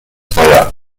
feuer